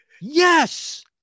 Yes